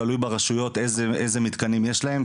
תלוי ברשויות איזה מתקנים יש להם,